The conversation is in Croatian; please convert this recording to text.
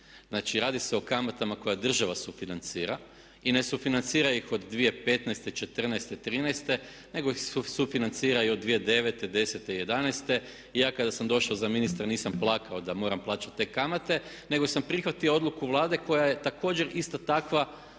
Znači radi se o kamatama koje država sufinancira. I ne sufinancira ih od 2015., 2014., 2013. nego ih sufinancira i od 2009., 2010., 2011. Ja kada sam došao za ministra nisam plakao da moram plaćati te kamate nego sam prihvatio odluku Vlade koja je također isto takva